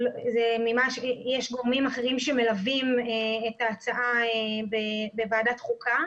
יש גורמים אחרים שמלווים את ההצעה בוועדת חוקה,